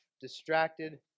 distracted